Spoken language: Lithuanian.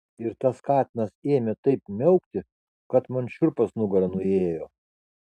ir tas katinas ėmė taip miaukti kad man šiurpas nugara nuėjo